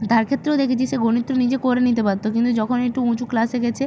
তার ক্ষেত্রেও দেখেছি সে গণিত তো নিজে করে নিতে পারত কিন্তু যখন একটু উঁচু ক্লাসে গিয়েছে